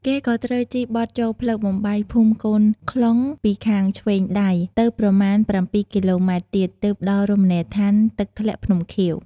គេក៏ត្រូវជិះបត់ចូលផ្លូវបំបែកភូមិកូនខ្លុងពីខាងឆ្វេងដៃ ទៅប្រមាណ ៧គីឡូម៉ែត្រទៀត ទើបដល់រមណីយដ្ឋាន «ទឹកធ្លាក់ភ្នំខៀវ»។